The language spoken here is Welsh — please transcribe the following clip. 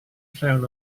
llawn